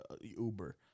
Uber